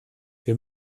wir